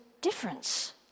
difference